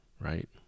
right